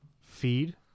feed